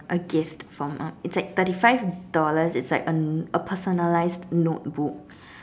a gift for mum it's like thirty five dollars it's like a personalised notebook